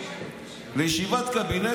מגיעים לישיבת קבינט.